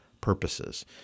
purposes